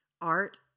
art